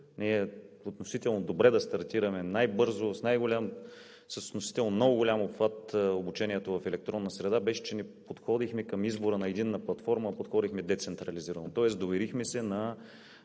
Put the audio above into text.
ние относително добре да стартираме – най-бързо, с относително много голям обхват обучението в електронна среда беше, че не подходихме към избора на единна платформа, а подходихме децентрализирано, тоест доверихме се на